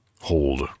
hold